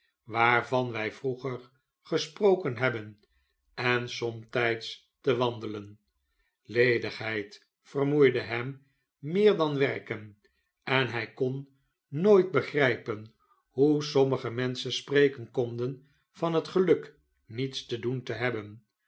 waarvan wtf vroeger gesproken hebben en somtijds te wandelen ledigheid vermoeide hem meer dan werken en hij kon nooit begrijpen hoe sommige menschen spreken konden van het geluk niets te doen te hebben